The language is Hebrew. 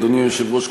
אדוני היושב-ראש,